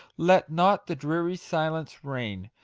let not the dreary silence reign.